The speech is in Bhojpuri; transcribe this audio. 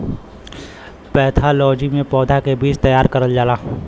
पैथालोजी में पौधा के बीज तैयार करल जाला